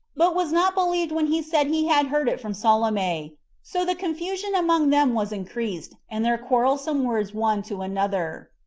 but was not believed when he said he had heard it from salome so the confusion among them was increased, and their quarrelsome words one to another.